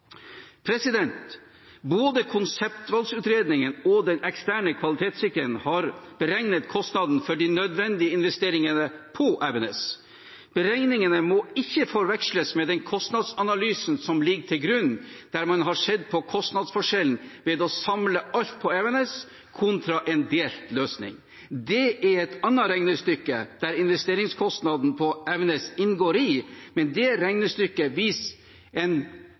Både konseptvalgutredningen og den eksterne kvalitetssikreren har beregnet kostnaden for de nødvendige investeringene på Evenes. Beregningene må ikke forveksles med den kostnadsanalysen som ligger til grunn, der man har sett på kostnadsforskjellen ved å samle alt på Evenes kontra en delt løsning. Det er et annet regnestykke, der investeringskostnaden på Evenes inngår. Men det regnestykket viser en